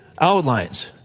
outlines